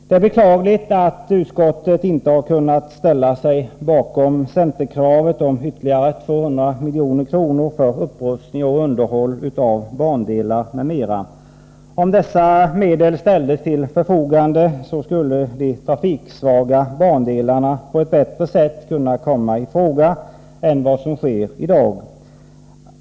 Det är beklagligt att utskottet inte har kunnat ställa sig bakom centerkravet på ytterligare 200 milj.kr. för upprustning och underhåll av bandelar m.m. Om dessa medel ställdes till förfogande, skulle de trafiksvaga bandelarna på ett bättre sätt än i dag kunna komma i fråga.